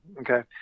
okay